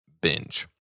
Binge